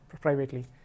privately